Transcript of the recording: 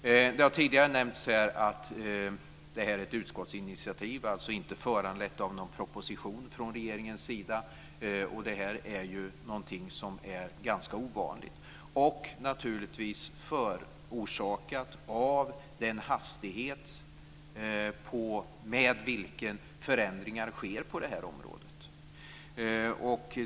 Det har tidigare nämnts att det här är ett utskottsinitiativ. Det är alltså inte föranlett av någon proposition från regeringens sida. Det är ganska ovanligt, och det är naturligtvis orsakat av den hastighet med vilken förändringar sker på det här området.